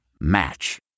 Match